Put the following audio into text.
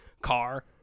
car